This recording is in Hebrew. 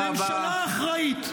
ממשלה אחראית.